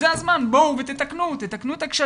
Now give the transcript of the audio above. זה הזמן בואו ותתקנו את הכשלים,